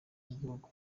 y’igihugu